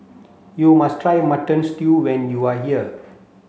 you must try mutton stew when you are here